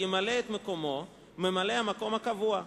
ימלא את מקומו ממלא-המקום הקבוע,